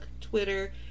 Twitter